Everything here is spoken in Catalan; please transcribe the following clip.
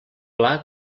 pla